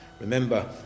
Remember